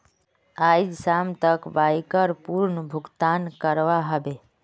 आइज शाम तक बाइकर पूर्ण भुक्तान करवा ह बे